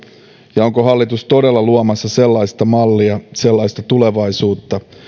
ja onko hallitus todella luomassa sellaista mallia sellaista tulevaisuutta